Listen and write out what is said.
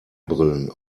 brillen